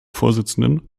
vorsitzenden